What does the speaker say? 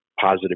positive